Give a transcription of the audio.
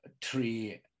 Tree